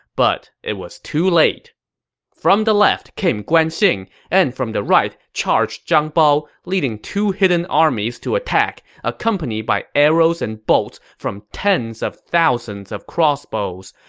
but it was too late from the left came guan xing, and from the right charged zhang bao, leading two hidden armies to attack, accompanied by arrows and bolts from tens of thousands of crossbows.